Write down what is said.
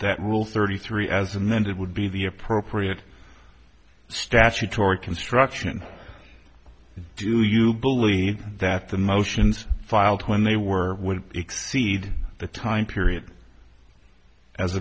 that rule thirty three as and then that would be the appropriate statutory construction do you believe that the motions filed when they were would exceed the time period as